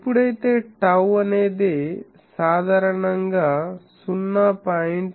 ఎప్పుడైతే టౌ అనేది సాధారణంగా 0